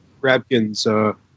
Rabkin's